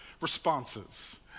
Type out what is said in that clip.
responses